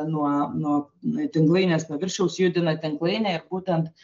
nuo nuo tinklainės paviršiaus judina tinklainę ir būtent